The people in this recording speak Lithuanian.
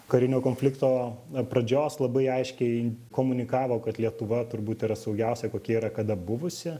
karinio konflikto pradžios labai aiškiai komunikavo kad lietuva turbūt yra saugiausia kokia yra kada buvusi